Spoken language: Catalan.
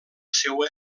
seua